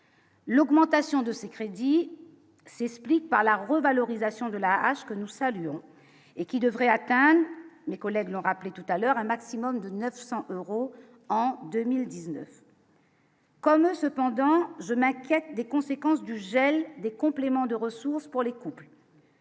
L'augmentation de ces crédits c'est Split par la revalorisation de la ceux que nous saluons et qui devrait atteindre les collègues l'ont rappelé tout à l'heure un maximum de 900 euros en 2019. Comme cependant je m'inquiète des conséquences du gel des compléments de ressources pour les couples.